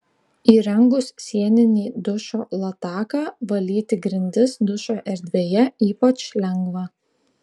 įrengus sieninį dušo lataką valyti grindis dušo erdvėje ypač lengva